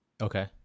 Okay